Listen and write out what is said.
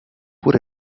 pur